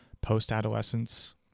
post-adolescence